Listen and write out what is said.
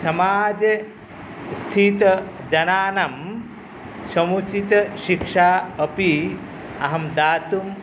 समाजे स्थितजनानां समुचितशिक्षा अपि अहं दातुं